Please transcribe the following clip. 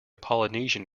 polynesian